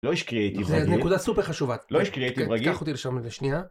לא איש קריאייטיב רגיל - זה נקודה סופר חשובה, לא איש קריאייטיב רגיל - קח אותי לשם לשניה.